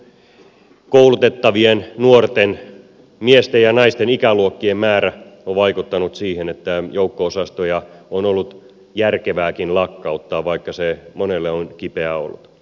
toisaalta myös koulutettavien nuorten miesten ja naisten ikäluokkien määrä on vaikuttanut siihen että joukko osastoja on ollut järkevääkin lakkauttaa vaikka se monelle on kipeää ollut